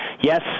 yes